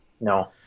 No